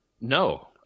No